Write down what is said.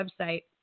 website